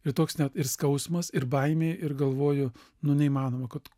ir toks net ir skausmas ir baimė ir galvoju nu neįmanoma kad